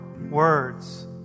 words